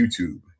YouTube